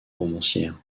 romancière